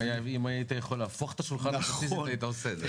אם היית יכול להפוך את השולחן היית עושה את זה,